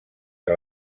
que